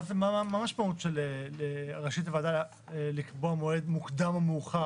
מה המשמעות של "רשאית הוועדה לקבוע מועד מוקדם או מאוחר